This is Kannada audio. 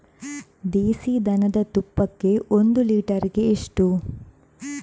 ದೇಸಿ ದನದ ತುಪ್ಪಕ್ಕೆ ಒಂದು ಲೀಟರ್ಗೆ ಎಷ್ಟು?